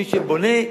מי שבונה,